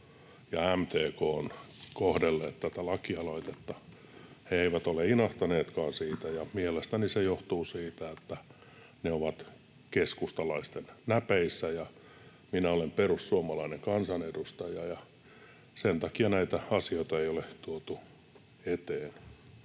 ja MTK ovat kohdelleet tätä lakialoitetta. Ne eivät ole inahtaneetkaan siitä, ja mielestäni se johtuu siitä, että ne ovat keskustalaisten näpeissä ja minä olen perussuomalainen kansanedustaja. Sen takia näitä asioita ei ole viety eteenpäin.